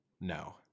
No